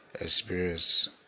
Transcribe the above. experience